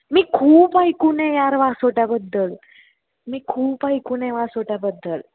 मी खूप ऐकून आहे यार वासोट्याबद्दल मी खूप ऐकून आहे वासोट्याबद्दल